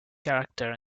character